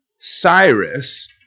Cyrus